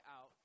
out